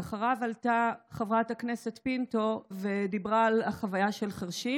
ואחריו עלתה חברת הכנסת פינטו ודיברה על החוויה של חירשים.